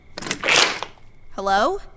Hello